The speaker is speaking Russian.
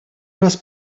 раз